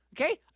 Okay